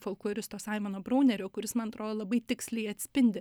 folkloristo saimono brūnerio kuris man atrodo labai tiksliai atspindi